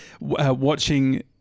watching